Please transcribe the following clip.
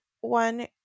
one